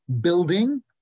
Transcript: building